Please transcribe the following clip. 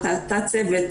התת צוות,